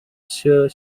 sur